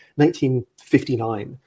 1959